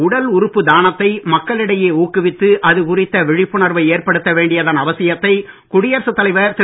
உடல் உறுப்பு தானத்தை மக்களிடையே ஊக்குவித்து அது குறித்த விழிப்புணர்வை ஏற்படுத்த வேண்டியதன் அவசியத்தை குடியரசுத் தலைவர் திரு